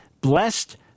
Blessed